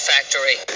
Factory